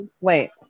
Wait